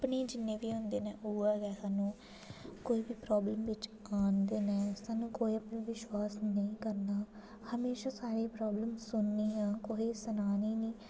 अपने जिन्ने बी होंदे न ओह् गै स्हान्नूं कोई कोई प्राॅब्लम बिच आह्नदें न स्हान्नूं कुसै पर विश्वास नेईं करना म्हेशा सारें दी प्राॅब्लम सुननी ऐ कुसै गी सुनानी नेईं ऐ